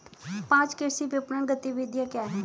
पाँच कृषि विपणन गतिविधियाँ क्या हैं?